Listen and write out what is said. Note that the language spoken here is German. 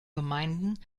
gemeinden